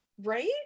Right